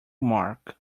mark